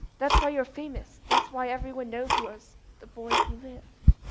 that's why you're famous. that's why everyone knows you as the boy who lived.